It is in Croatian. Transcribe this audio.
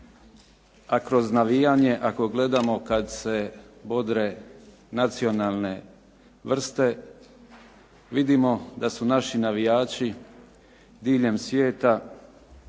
a kroz navijanje ako gledamo kad se bodre nacionalne vrste vidimo da su naši navijači diljem svijeta